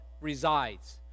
resides